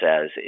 says